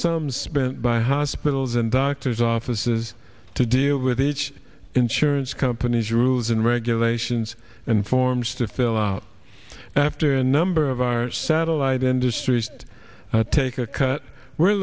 sums spent by hospitals and doctors offices to deal with each insurance company's rules and regulations and forms to fill out after a number of our satellite industries take a cut we're